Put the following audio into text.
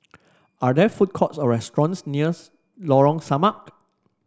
are there food courts or restaurants nears Lorong Samak